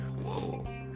whoa